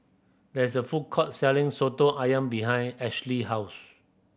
there is a food court selling Soto Ayam behind Ashly's house